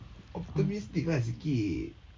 optimistic ah sikit